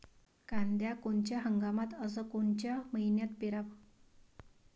कांद्या कोनच्या हंगामात अस कोनच्या मईन्यात पेरावं?